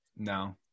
No